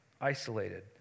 isolated